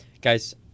Guys